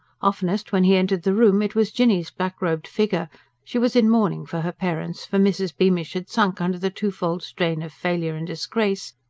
oftenest when he entered the room it was jinny's black-robed figure she was in mourning for her parents for mrs. beamish had sunk under the twofold strain of failure and disgrace,